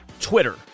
Twitter